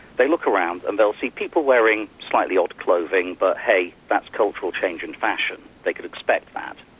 they look around, and they'll see people wearing slightly odd clothing, but hey, that's cultural change and fashion. they could expect that.